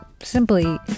simply